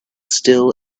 still